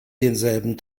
denselben